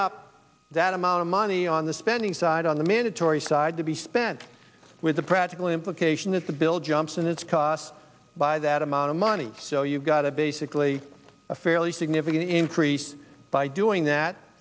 up that amount of money on the spending side on the mandatory side to be spent with the practical implication that the bill jumps in its cost by that amount of money so you've got a basically a fairly significant increase by doing that